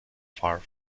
far